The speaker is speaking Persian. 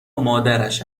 مادرش